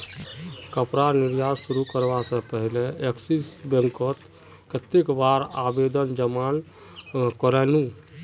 कपड़ा निर्यात शुरू करवा से पहले एक्सिस बैंक कोत लोन नेर आवेदन जमा कोरयांईल नू